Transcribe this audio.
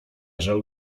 żal